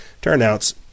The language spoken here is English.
turnouts